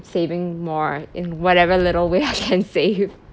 saving more in whatever little way I can save